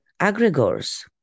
aggregors